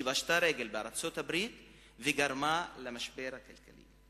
שפשטה רגל בארצות-הברית וגרמה למשבר הכלכלי.